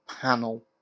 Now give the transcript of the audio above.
panel